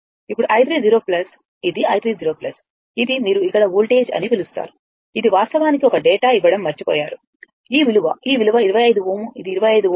ఇప్పుడు i30 ఇది i30 ఇది మీరు ఇక్కడ వోల్టేజ్ అని పిలుస్తారు ఇది వాస్తవానికి ఒక డేటా ఇవ్వడం మర్చిపోయారు ఈ విలువ ఈ విలువ 25 Ω ఇది 25Ω